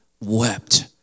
wept